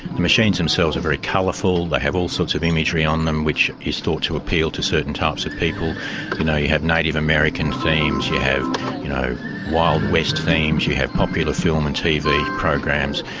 the machines themselves are very colourful, they have all sorts of imagery on them which is thought to appeal to certain types of people. you know, you have native american themes, you have you know wild west themes, you have popular film and tv programs,